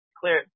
clear